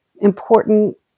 important